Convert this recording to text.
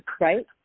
Right